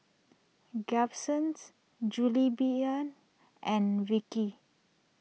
Gibsons Jillbian and Vickey